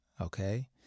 okay